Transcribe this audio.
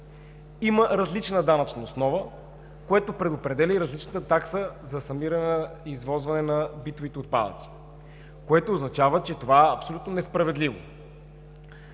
има различна данъчна основа, което предопределя и различната такса за събиране и извозване на битовите отпадъци, което означава, че това е абсолютно несправедливо.